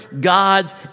God's